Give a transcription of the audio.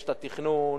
יש התכנון,